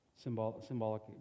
symbolic